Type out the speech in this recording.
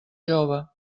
jove